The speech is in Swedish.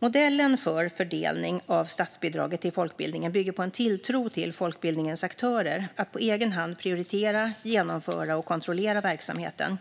Modellen för fördelning av statsbidrag till folkbildningen bygger på en tilltro till folkbildningens aktörer att på egen hand prioritera, genomföra och kontrollera verksamheten.